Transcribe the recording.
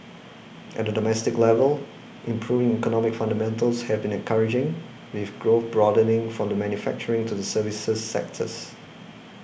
at a domestic level improving economic fundamentals have been encouraging with growth broadening from the manufacturing to the services sectors